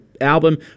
album